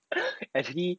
actually